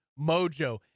mojo